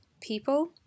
people